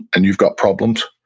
and you've got problems.